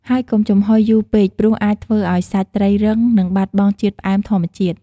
ហើយកុំចំហុយយូរពេក ព្រោះ អាចធ្វើឲ្យសាច់ត្រីរឹង និងបាត់បង់ជាតិផ្អែមធម្មជាតិ។